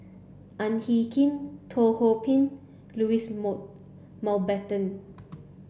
Ang Hin Kee Teo Ho Pin Louis Mountbatten